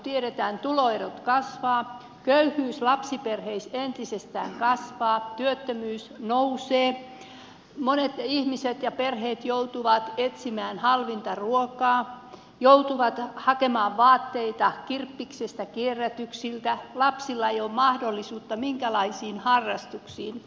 tiedetään että tuloerot kasvavat köyhyys lapsiperheissä entisestään kasvaa työttömyys nousee monet ihmiset ja perheet joutuvat etsimään halvinta ruokaa joutuvat hakemaan vaatteita kirppiksistä kierrätyksestä lapsilla ei ole mahdollisuutta minkäänlaisiin harrastuksiin